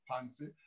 fancy